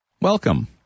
Welcome